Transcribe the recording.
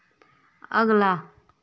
अगला